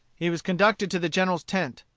he was conducted to the general's tent.